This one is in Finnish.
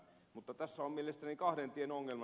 mutta tässä on mielestäni kahden tien ongelma